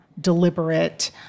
deliberate